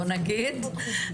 בואי נגיד,